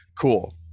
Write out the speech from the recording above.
cool